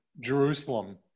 Jerusalem